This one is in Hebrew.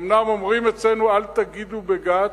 אומנם אומרים אצלנו: אל תגידו בגת,